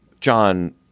John